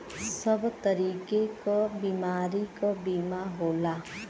सब तरीके क बीमारी क बीमा होला